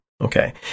Okay